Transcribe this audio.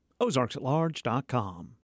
OzarksAtLarge.com